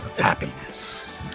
happiness